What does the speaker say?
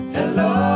Hello